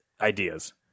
ideas